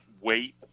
wait